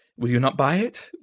will you not buy it?